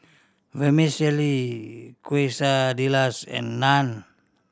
Vermicelli Quesadillas and Naan